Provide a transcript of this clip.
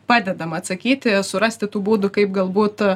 padedama atsakyti surasti tų būdų kaip galbūt